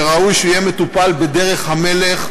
שראוי שיהיה מטופל בדרך המלך,